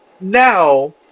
now